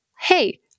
Hey